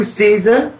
season